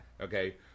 Okay